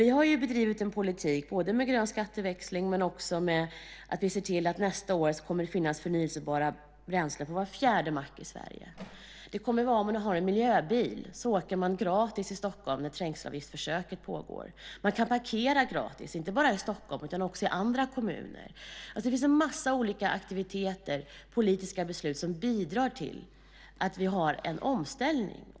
Vi har bedrivit en politik med grön skatteväxling, och vi ska se till att det nästa år kommer att finnas förnybara bränslen på var fjärde mack i Sverige. Om man har en miljöbil åker man gratis i Stockholm när trängselavgiftsförsöket pågår. Man kan parkera gratis inte bara i Stockholm utan också i andra kommuner. Det finns en massa olika aktiviteter och politiska beslut som bidrar till att vi har en omställning.